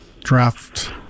draft